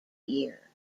year